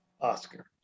Oscar